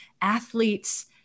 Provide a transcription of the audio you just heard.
athletes